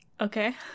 Okay